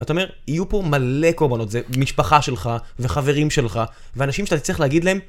אתה אומר, יהיו פה מלא קורבנות, זה משפחה שלך, וחברים שלך, ואנשים שאתה צריך להגיד להם...